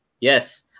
Yes